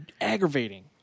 aggravating